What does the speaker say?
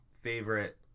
favorite